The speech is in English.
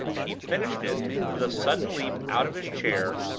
he finished it with a sudden leap out of his chair,